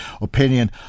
opinion